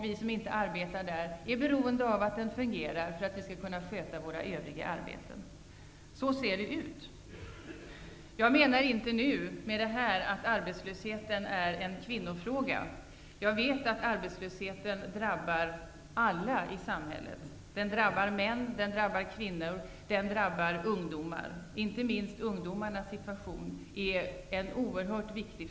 Vi som inte arbetar inom det området är beroende av att den fungerar för att vi skall kunna sköta vårt arbete. Så ser situationen ut. Med detta menar jag inte att arbetslösheten skulle vara en kvinnofråga. Jag vet att arbetslösheten drabbar alla i samhället. Den drabbar kvinnor, män och ungdomar. Inte minst ungdomarnas situation är oerhört viktig.